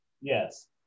Yes